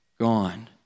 gone